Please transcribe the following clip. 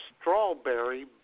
Strawberry